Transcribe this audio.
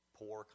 poor